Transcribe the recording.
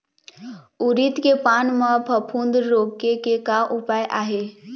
उरीद के पान म फफूंद रोके के का उपाय आहे?